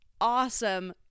awesome